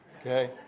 Okay